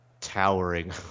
towering